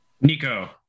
Nico